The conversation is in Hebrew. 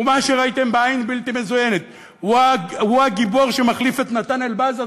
ומה שראיתם בעין בלתי מזוינת הוא הגיבור שמחליף את נתן אלבז,